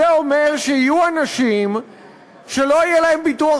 זה אומר שיהיו אנשים שלא יהיה להם ביטוח